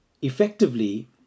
effectively